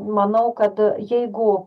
manau kad jeigu